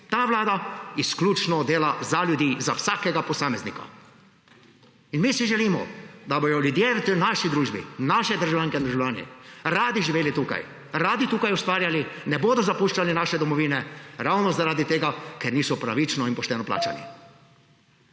Ta vlada izključno dela za ljudi, za vsakega posameznika. Mi si želimo, da bodo ljudje v naši družbi, naše državljanke in državljani radi živeli tukaj, radi tukaj ustvarjali, ne bodo zapuščali naše domovine ravno zaradi tega, ker niso pravično in pošteno plačani.